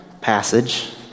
passage